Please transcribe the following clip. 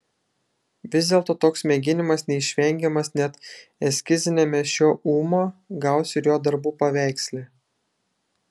vis dėlto toks mėginimas neišvengiamas net eskiziniame šio ūmo gaus ir jo darbų paveiksle